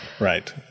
right